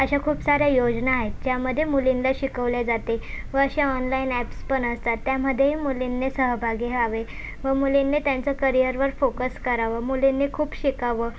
अशा खूप साऱ्या योजना आहेत ज्यामध्ये मुलींना शिकवलं जाते व अशा ऑनलाईन ॲप्स पण असतात त्यामध्ये मुलींनी सहभागी व्हावे व मुलींनी त्याचं करियरवर फोकस करावं मुलींनी खूप शिकावं